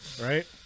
right